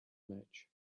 match